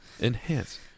Enhance